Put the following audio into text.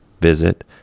Visit